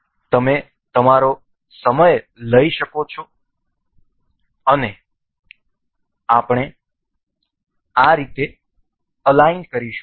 તમે તમારો સમય લઈ શકો છો અને અમે આ રીતે અલાઈન કરીશું